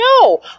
No